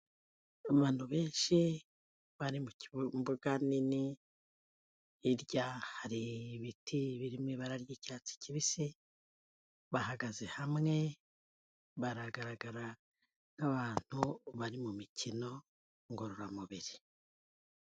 Abantu benshi bari mu mbuga nini, hirya hari ibiti biri mu ibara ry'icyatsi kibisi, bahagaze hamwe baragaragara nk'abantu bari mu mikino ngororamubiri.